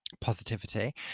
positivity